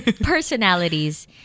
personalities